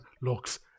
looks